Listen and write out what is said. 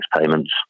payments